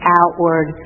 outward